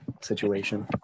situation